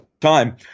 time